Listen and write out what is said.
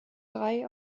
drei